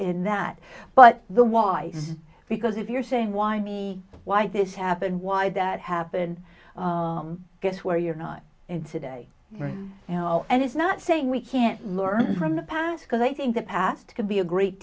in that but the wife because if you're saying why me why this happened why that happened guess where you're not in today you know and it's not saying we can't learn from the past because i think the past can be a great